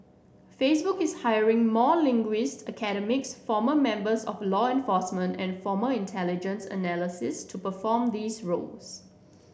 Facebook is hiring more linguists academics former members of law enforcement and former intelligence analysts to perform these roles